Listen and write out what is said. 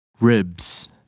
Ribs